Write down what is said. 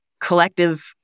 collective